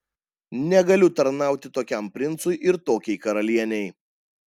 negaliu tarnauti tokiam princui ir tokiai karalienei